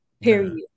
period